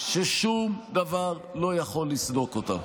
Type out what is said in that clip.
ששום דבר לא יכול לסדוק אותה.